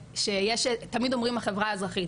תמיד אומרים "החברה האזרחית",